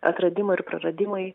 atradimai ir praradimai